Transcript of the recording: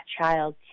child